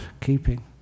keeping